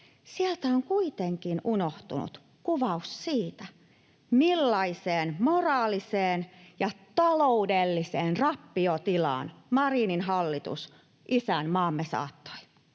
Sieltä on kuitenkin unohtunut kuvaus siitä, millaiseen moraaliseen ja taloudelliseen rappiotilaan Marinin hallitus isänmaamme saattoi.